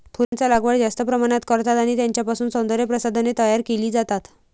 फुलांचा लागवड जास्त प्रमाणात करतात आणि त्यांच्यापासून सौंदर्य प्रसाधने तयार केली जातात